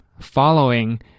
following